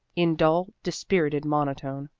in dull, dispirited monotone.